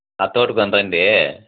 తోడుకోని రండి